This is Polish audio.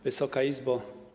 Wysoka Izbo!